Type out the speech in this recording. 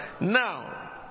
Now